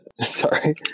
Sorry